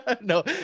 no